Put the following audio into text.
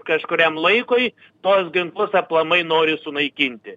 kažkuriam laikui tuos ginklus aplamai nori sunaikinti